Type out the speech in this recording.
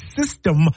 system